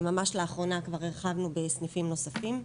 ממש לאחרונה כבר הרחבנו בסניפים נוספים.